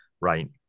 right